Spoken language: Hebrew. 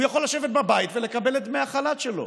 הוא יכול לשבת בבית ולקבל את דמי החל"ת שלו.